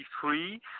free